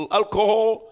alcohol